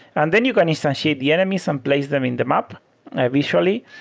and then you can instantiate the enemies and place them in the map visually.